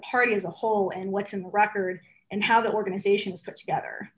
party as a whole and what's in the record and how the organizations that's gather